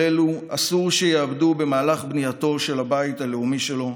כל אלו אסור שיאבדו במהלך בנייתו של הבית הלאומי שלו,